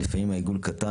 "לפעמים העיגול הוא קטן,